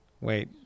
wait